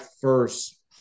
first